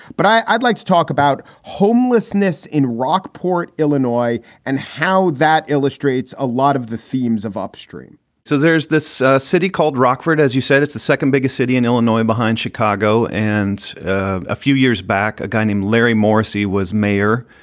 but i'd like to talk about homelessness in rockport, illinois, and how that illustrates a lot of the themes of upstream so there's this city called rockford. as you said, it's the second biggest city in illinois behind chicago. and ah a few years back, a guy named larry morrissey was mayor.